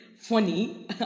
funny